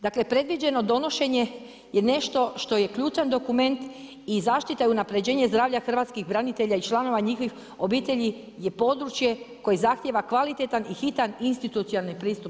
Dakle, predviđeno donošenje je nešto što je ključan dokument i zaštita i unapređenje zdravlja hrvatskih branitelja i članova njihovih obitelji je područje koje zahtijeva kvalitetan i hitan institucionalni pristup.